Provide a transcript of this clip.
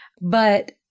But-